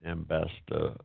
Ambassador